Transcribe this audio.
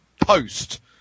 post